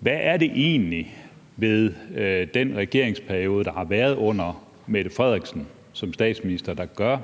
Hvad er det egentlig ved den regeringsperiode, der har været med Mette Frederiksen som statsminister, der gør,